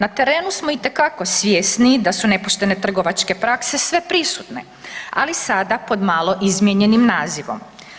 Na terenu smo itekako svjesni da su nepoštene trgovačke prakse sveprisutne, ali sada pod malo izmijenjenim nazivom.